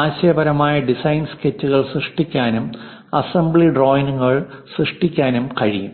ആശയപരമായ ഡിസൈൻ സ്കെച്ചുകൾ സൃഷ്ടിക്കാനും അസംബ്ലി ഡ്രോയിംഗുകൾ സൃഷ്ടിക്കാനും കഴിയും